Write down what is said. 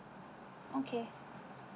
okay